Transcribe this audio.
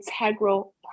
integral